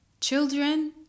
Children